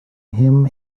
him